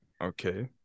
Okay